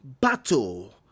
battle